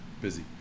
busy